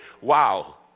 Wow